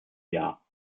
jahr